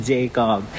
Jacob